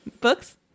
books